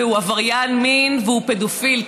הוא עבריין מין והוא פדופיל.